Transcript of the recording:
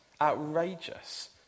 outrageous